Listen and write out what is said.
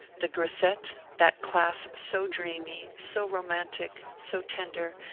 the grisette, that class so dreamy, so romantic, so tender,